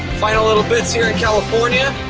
final little bits here in california,